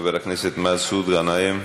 חבר הכנסת מסעוד גנאים,